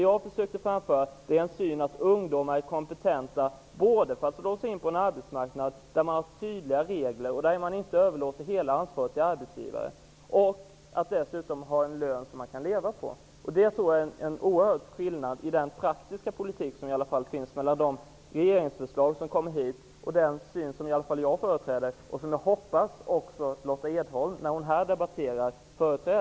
Jag försökte framhålla att ungdomar är kompetenta att slå sig in på en arbetsmarknad där det finns tydliga regler och där man inte överlåter hela ansvaret till arbetsgivaren, samtidigt som de skall ha en lön som de kan leva på. Det är en oerhörd skillnad i den praktiska politiken mellan regeringsförslagen och den syn som i alla fall jag företräder och som jag hoppas att också Lotta Edholm företräder när hon debatterar här.